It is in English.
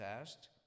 asked